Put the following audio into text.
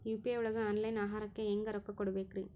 UPI ಒಳಗ online ಆಹಾರಕ್ಕೆ ಹೆಂಗ್ ರೊಕ್ಕ ಕೊಡಬೇಕ್ರಿ?